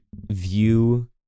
view